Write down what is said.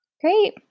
Great